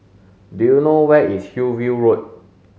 do you know where is Hillview Road